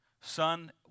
Son